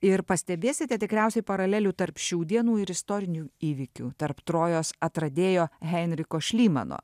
ir pastebėsite tikriausiai paralelių tarp šių dienų ir istorinių įvykių tarp trojos atradėjo henriko šlymano